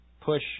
push